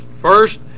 first